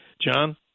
John